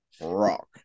Rock